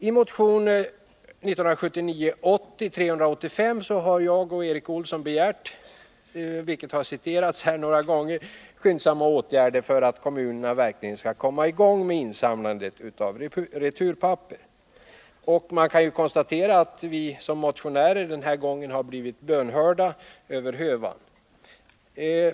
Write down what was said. I motion 1979/80:385 begär jag och Erik Olsson — vilket har citerats här några gånger — skyndsamma åtgärder för att kommunerna verkligen skall kunna komma i gång med insamlandet av returpapper. Det kan konstateras att vi som motionärer den här gången har blivit bönhörda över hövan.